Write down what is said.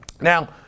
Now